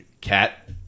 cat